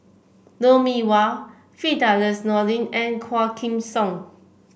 Lou Mee Wah Firdaus Nordin and Quah Kim Song